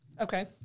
Okay